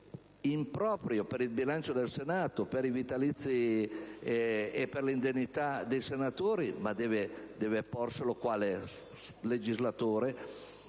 deve porselo in proprio per il bilancio del Senato, per i vitalizi e per le indennità dei senatori, ma deve porselo quale legislatore